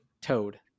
toad